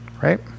right